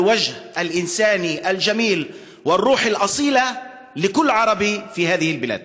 הצד האנושי היפה ואת הרוח האצילית של כל ערבי בארץ הזאת.)